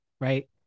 right